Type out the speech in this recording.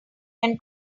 can